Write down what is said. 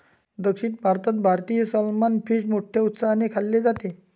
दक्षिण भारतात भारतीय सलमान फिश मोठ्या उत्साहाने खाल्ले जाते